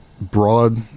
broad